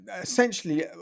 Essentially